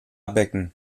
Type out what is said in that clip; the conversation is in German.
becken